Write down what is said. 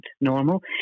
normal